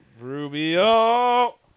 Rubio